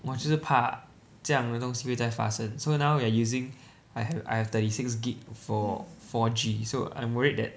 我就是怕这样的东西会再发生 so now we are using I have I have thirty six gig for four G so I'm worried that